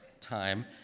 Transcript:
time